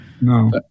No